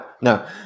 no